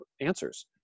answers